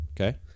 Okay